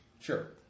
Sure